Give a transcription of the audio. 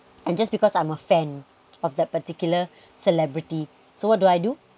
and just because I'm a fan of that particular celebrity so what do I do